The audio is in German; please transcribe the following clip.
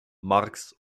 marx